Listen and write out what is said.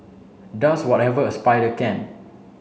does whatever a spider can